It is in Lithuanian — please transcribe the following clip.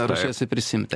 ruošiesi prisiimti